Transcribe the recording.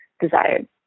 desired